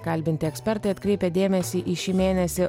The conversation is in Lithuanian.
kalbinti ekspertai atkreipia dėmesį į šį mėnesį